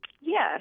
Yes